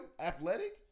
athletic